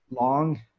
long